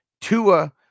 Tua